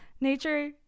Nature